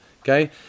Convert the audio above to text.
Okay